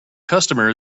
customer